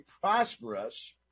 prosperous